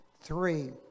three